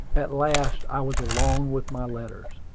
at last i was alone with my letters.